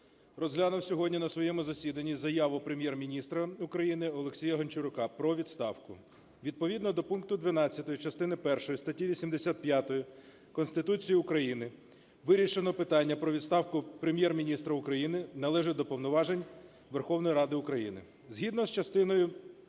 розглянув сьогодні на своєму засіданні заяву Прем’єр-міністра України Олексія Гончарука про відставку. Відповідно до пункту 12 частини першої статті 85 Конституції України вирішення питання про відставку Прем’єр-міністра України належить до повноважень Верховної Ради України. Згідно з частиною